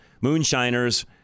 moonshiners